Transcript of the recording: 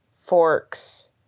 forks